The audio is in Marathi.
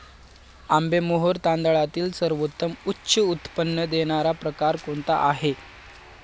आंबेमोहोर तांदळातील सर्वोत्तम उच्च उत्पन्न देणारा प्रकार कोणता आहे?